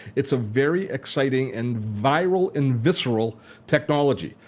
it's a very exciting and viral and visceral technology.